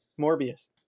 Morbius